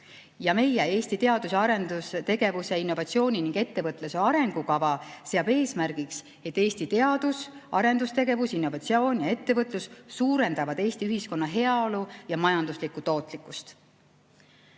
Meie Eesti teadus‑ ja arendustegevuse, innovatsiooni ning ettevõtluse arengukava seab eesmärgiks, et Eesti teadus, arendustegevus, innovatsioon ja ettevõtlus suurendavad Eesti ühiskonna heaolu ja majanduslikku tootlikkust.